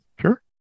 Sure